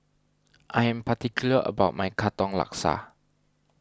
I am particular about my Katong Laksa